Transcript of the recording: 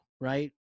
right